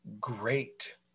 great